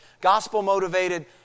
Gospel-motivated